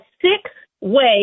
six-way